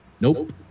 Nope